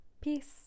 Peace